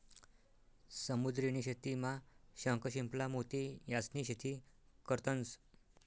समुद्र नी शेतीमा शंख, शिंपला, मोती यास्नी शेती करतंस